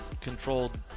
controlled